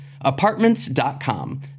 Apartments.com